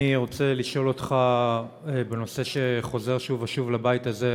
אני רוצה לשאול אותך בנושא שחוזר שוב ושוב לבית הזה,